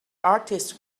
artist